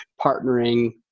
partnering